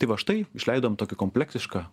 tai va štai išleidom tokį kompleksišką